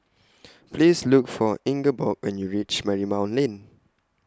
Please Look For Ingeborg when YOU REACH Marymount Lane